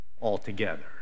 altogether